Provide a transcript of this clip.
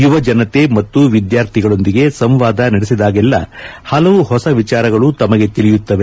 ಯುವಜನತೆ ಮತ್ತು ವಿದ್ಯಾರ್ಥಿಗಳೊಂದಿಗೆ ಸಂವಾದ ನಡೆಸಿದಾಗೆಲ್ಲಾ ಹಲವು ಹೊಸ ವಿಚಾರಗಳು ತಮಗೆ ತಿಳಿಯುತ್ತವೆ